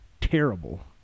terrible